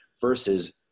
versus